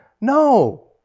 No